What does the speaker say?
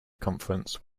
conference